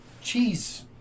cheese